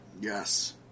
Yes